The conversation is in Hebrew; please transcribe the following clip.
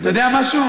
אתה יודע משהו?